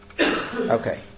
Okay